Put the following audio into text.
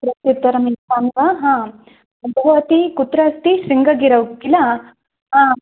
प्रत्युत्तरं यच्छामि वा हा भवती कुत्र अस्ति शृङ्गगिरौ किल हा